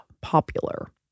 popular